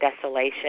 desolation